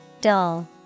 Dull